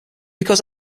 because